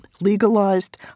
legalized